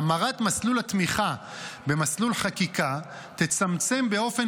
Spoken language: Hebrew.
המרת מסלול התמיכה במסלול חקיקה תצמצם באופן